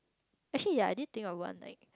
actually ya I did think of one like